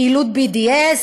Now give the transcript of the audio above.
פעילות BDS,